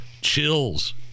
chills